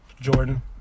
Jordan